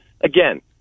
Again